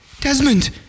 Desmond